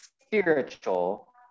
Spiritual